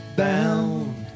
bound